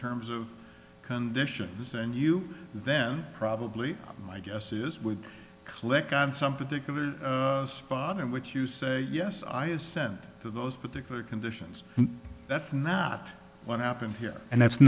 terms of conditions and you then probably my guess is would click on some particular spot in which you say yes i assent to those particular conditions and that's not what happened here and that's